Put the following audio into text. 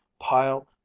Pile